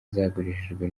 zagurishijwe